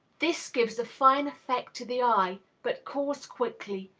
this gives a fine effect to the eye, but cools quickly,